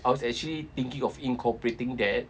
I was actually thinking of incorporating that